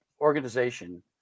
organization